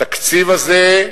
התקציב הזה,